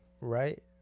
right